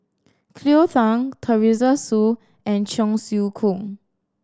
Cleo Thang Teresa Hsu and Cheong Siew Keong